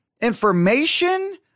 information